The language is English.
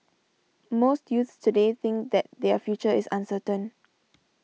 most youths today think that their future is uncertain